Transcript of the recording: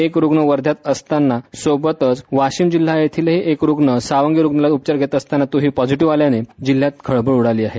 एक रुग्ण वध्यात असताना सोबतच वाशिम जिल्हा येथील ही एक रूग्ण सावंगी रुग्णालयात उपचार घेत असताना तो ही पॉजिटिव आल्याने जिल्ह्यात खळबळ उडाली आहे